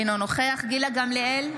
אינו נוכח גילה גמליאל,